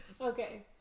Okay